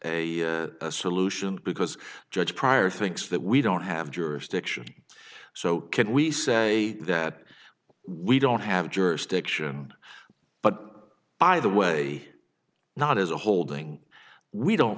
a solution because judge pryor thinks that we don't have jurisdiction so can we say that we don't have jurisdiction but by the way not as a holding we don't